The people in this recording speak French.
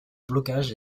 blocage